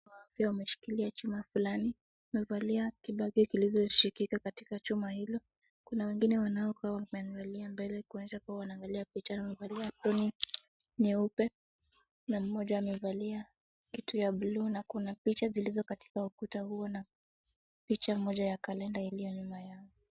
Wa afya wameshika chuma fulani, wamevalia kibake kilichoshikika katika chuma hilo. Kuna wengine wanaokaa wameangalia mbele kuonyesha kuwa wanaangalia picha na wamevalia aproni nyeupe na mmoja amevaa kitu ya bluu na kuna picha zilizo katika ukuta huo na picha moja ya kalenda iliyo nyuma yao.